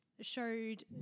showed